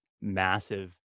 massive